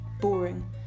boring